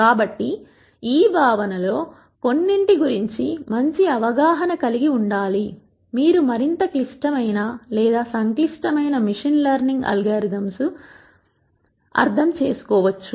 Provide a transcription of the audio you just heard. కాబట్టి ఈ భావనలలో కొన్నింటి గురించి మంచి అవగాహన కలిగి ఉండాలి మీరు మరింత క్లిష్టమైన లేదా సంక్లిష్టమైన మిషన్ లర్నింగ్ అల్గోరిథంలు అర్థం చేసుకోవచ్చు